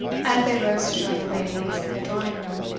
as they rose to join the ladies in the drawing-room,